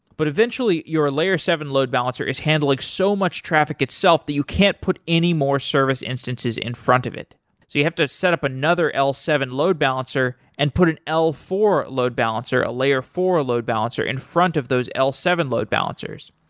but eventually your layer seven load balancer is handling so much traffic itself that you can't put any more service instances in front of it, so you have to set up another l seven load balancer and put an l four load balancer, a layer four load balancer in front of those l seven load balancers.